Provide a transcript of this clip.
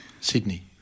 Sydney